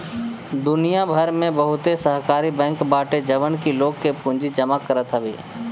दुनिया भर में बहुते सहकारी बैंक बाटे जवन की लोग के पूंजी जमा करत हवे